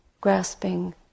Grasping